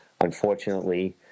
Unfortunately